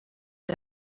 you